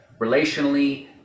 relationally